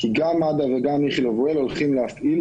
כי גם מד"א וגם איכילוב וול הולכים להפעיל